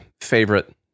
favorite